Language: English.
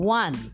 one